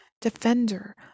defender